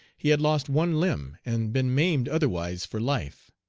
he had lost one limb, and been maimed otherwise for life.